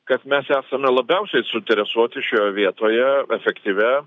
kad mes esame labiausiai suinteresuoti šioje vietoje efektyvia